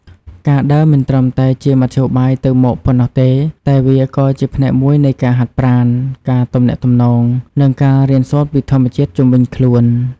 ការដើរមិនត្រឹមតែជាមធ្យោបាយទៅមកប៉ុណ្ណោះទេ តែវាក៏ជាផ្នែកមួយនៃការហាត់ប្រាណ ការទំនាក់ទំនង និងការរៀនសូត្រពីធម្មជាតិជុំវិញខ្លួន។